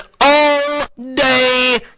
all-day